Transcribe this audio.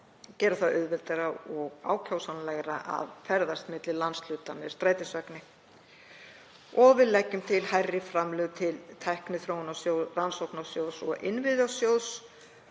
gera það auðveldara og ákjósanlegra að ferðast milli landshluta með strætisvagni. Við leggjum til hærri framlög til Tækniþróunarsjóðs, Rannsóknasjóðs og Innviðasjóðs